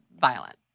violent